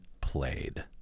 played